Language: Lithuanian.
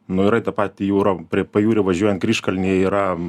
nu yra ta pati jūra prie pajūrio važiuojant kryžkalnyje yra